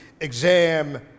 exam